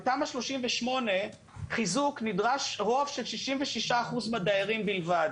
בתמ"א 38 חיזוק נדרש רוב של 66% מהדיירים בלבד.